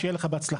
שיהיה לך בהצלחה.